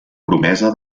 promesa